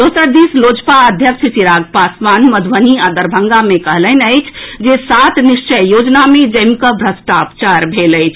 दोसर दिस लोजपा अध्यक्ष चिराग पासवान मधुबनी आ दरभंगा मे कहलनि अछि जे सात निश्चय योजना मे जमि कऽ भ्रष्टाचार भेल अछि